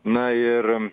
na ir